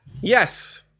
yes